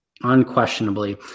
Unquestionably